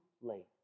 late